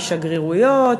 משגרירויות,